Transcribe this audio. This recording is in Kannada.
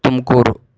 ತುಮಕೂರು